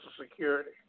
Security